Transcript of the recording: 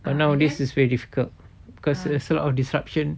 but nowadays is very difficult because there's a lot of disruption